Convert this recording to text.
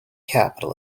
capital